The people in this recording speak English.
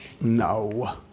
No